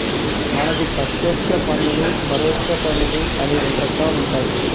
మనకు పత్యేక్ష పన్నులు పరొచ్చ పన్నులు అని రెండు రకాలుంటాయి